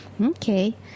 Okay